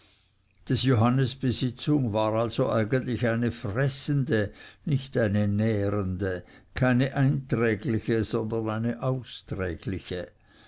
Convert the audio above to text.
des johannes besitzung war also eigentlich eine fressende nicht eine nährende keine einträgliche sondern eine